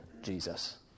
Jesus